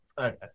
Okay